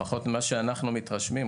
לפחות ממה שאנו מתרשמים,